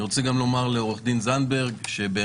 אני רוצה לומר לעורך הדין זנדברג שאני